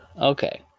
okay